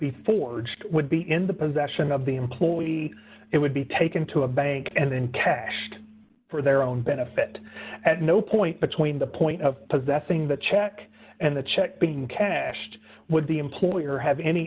be forged would be in the possession of the employee it would be taken to a bank and then cashed for their own benefit at no point between the point of possessing the check and the check being cashed would the employer have any